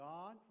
God